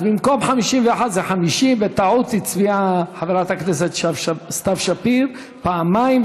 אז במקום 51 זה 50. בטעות הצביעה חברת הכנסת סתיו שפיר פעמיים,